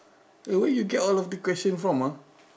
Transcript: eh where you get all of the question from ah